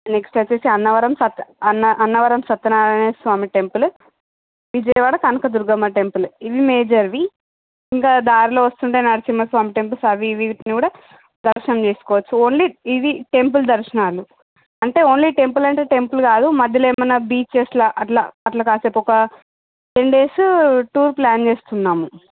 next వచ్చేసి అన్నవరం సత్య అన్న Annavaram Satyanarayanaswamy temple Vijayawada Kanakadurgamma temple ఇవి మేజర్వి ఇంకా దారిలో వస్తుంటే నర్సింహస్వామి టెంపుల్స్ అవి ఇవి వీటిని కూడా దర్శనం చేసుకోవచ్చు ఓన్లీ ఇవి టెంపుల్ దర్శనాలు అంటే ఓన్లీ టెంపుల్ అంటే టెంపుల్ కాదు మధ్యలో ఏమి అయిన బీచెస్లా అట్లా అట్లా కాసేపు ఒక టెన్ డేసు టూర్ ప్లాన్ చేస్తున్నాము